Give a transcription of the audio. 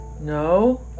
No